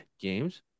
games